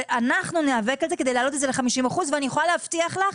אנחנו נאבק על זה כדי להעלות את זה ל-50 אחוזים ואני יכולה להבטיח לך